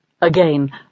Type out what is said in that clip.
Again